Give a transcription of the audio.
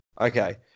Okay